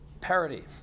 Parity